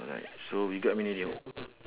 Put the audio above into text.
alright so we got how many or not